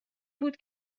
بود